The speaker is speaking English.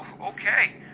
Okay